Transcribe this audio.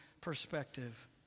perspective